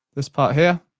this part here,